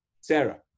Sarah